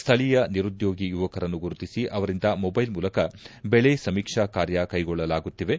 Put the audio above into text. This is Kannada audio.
ಸ್ಥಳೀಯ ನಿರುದ್ದೋಗಿ ಯುವಕರನ್ನು ಗುರುತಿಸಿ ಅವರಿಂದ ಮೊಬೈಲ್ ಮೂಲಕ ಬೆಳೆ ಸಮೀಕ್ಷಾ ಕಾರ್ಯ ಕೈಗೊಳ್ಳಲಾಗುತ್ತಿವೆ